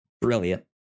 Brilliant